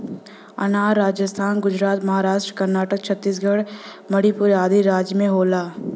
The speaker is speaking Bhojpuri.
अनार राजस्थान गुजरात महाराष्ट्र कर्नाटक छतीसगढ़ मणिपुर आदि राज में होला